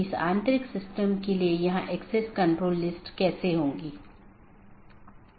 इसलिए जब कोई असामान्य स्थिति होती है तो इसके लिए सूचना की आवश्यकता होती है